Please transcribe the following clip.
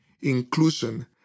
inclusion